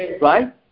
Right